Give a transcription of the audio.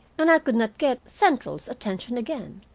and i could not get central's attention again.